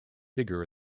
figure